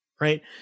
right